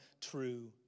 true